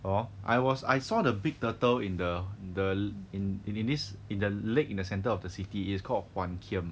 hor I was I saw the big turtle in the the in in in this in the lake in the centre of the city it's called hoan kiam